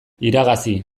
iragazi